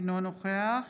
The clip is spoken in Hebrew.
אינו נוכח